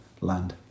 land